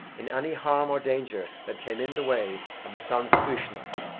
in any harm or danger that came in the way of the sons of uisnech,